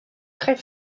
très